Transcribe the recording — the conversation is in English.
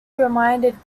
reminded